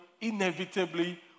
inevitably